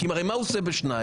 כי הרי מה הוא עושה בשניים?